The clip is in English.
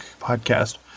podcast